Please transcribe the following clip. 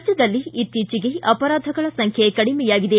ರಾಜ್ಯದಲ್ಲಿ ಇತ್ತೀಚೆಗೆ ಅಪರಾಧಗಳ ಸಂಖ್ಯೆ ಕಡಿಮೆಯಾಗಿದೆ